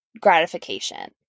gratification